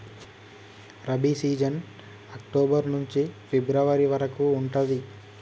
rabi season October నుంచి February వరకు ఉంటది